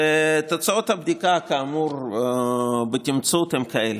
תוצאות הבדיקה, בתמצות, הן כאלה.